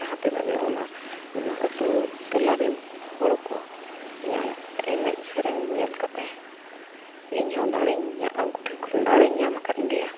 ᱡᱟᱦᱟᱸ ᱛᱤᱱᱟᱹᱜ ᱜᱮ ᱚᱱᱟ ᱚᱱᱟ ᱟᱛᱳ ᱴᱚᱞᱟ ᱨᱮᱱ ᱦᱚᱲ ᱠᱚ ᱤᱧᱟᱹᱜ ᱮᱱᱮᱡ ᱥᱮᱨᱮᱧ ᱧᱮᱞ ᱠᱟᱛᱮ ᱤᱧ ᱦᱚᱸ ᱫᱟᱲᱮᱧ ᱚᱱᱠᱩᱴᱷᱮᱱ ᱠᱷᱚᱱ ᱫᱟᱲᱮᱧ ᱧᱟᱢ ᱟᱠᱟᱫ ᱜᱮᱭᱟ